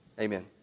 Amen